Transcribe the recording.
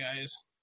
guys